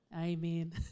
Amen